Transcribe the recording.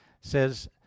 says